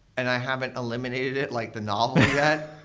and i haven't eliminated it like the novel yet,